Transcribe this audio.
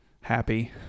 Happy